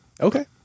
okay